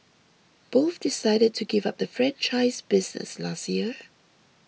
both decided to give up the franchise business last year